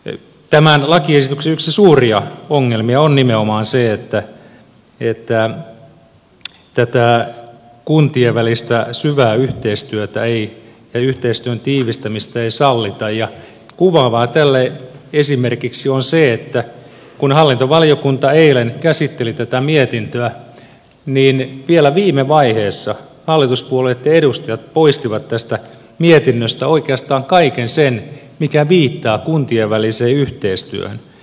yksi tämän lakiesityksen suuria ongelmia on nimenomaan se että tätä kuntien välistä syvää yhteistyötä ja yhteistyön tiivistämistä ei sallita ja kuvaavaa tälle esimerkiksi on se että kun hallintovaliokunta eilen käsitteli tätä mietintöä niin vielä viime vaiheessa hallituspuolueitten edustajat poistivat tästä mietinnöstä oikeastaan kaiken sen mikä viittaa kuntien väliseen yhteistyöhön